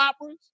operas